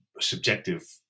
subjective